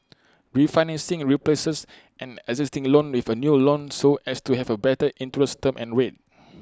refinancing replaces an existing loan with A new loan so as to have A better interest term and rate